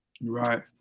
right